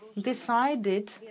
decided